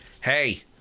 hey